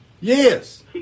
yes